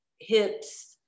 hips